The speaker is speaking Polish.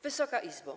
Wysoka Izbo!